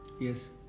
yes